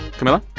camila?